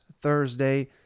Thursday